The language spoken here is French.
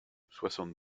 soixante